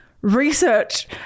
research